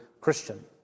Christian